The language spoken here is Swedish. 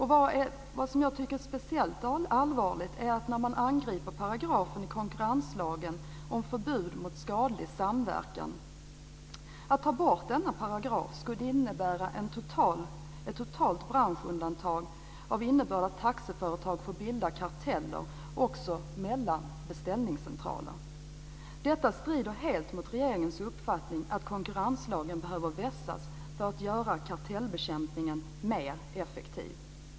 Speciellt allvarligt är att man angriper paragrafen i konkurrenslagen om förbud mot skadlig samverkan. Att ta bort denna paragraf skulle innebära ett totalt branschundantag, att taxiföretag får bilda karteller också mellan beställningscentraler. Detta strider helt mot regeringens uppfattning att konkurrenslagen behöver vässas för att göra kartellbekämpningen mer effektiv.